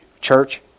church